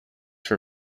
for